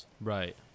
right